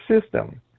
system